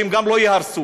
שהם לא ייהרסו.